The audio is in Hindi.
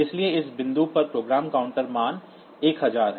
इसलिए इस बिंदु पर प्रोग्राम काउंटर मान 1000 है